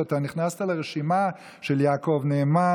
שאתה נכנסת לרשימה של יעקב נאמן,